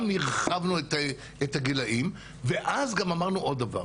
גם הרחבנו את הגילאים ואז גם אמרנו עוד דבר,